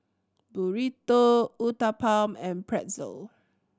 Burrito Uthapam and Pretzel